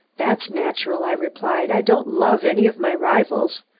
that's natural, i replied. i don't love any of my rivals.